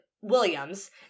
Williams